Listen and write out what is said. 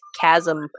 chasm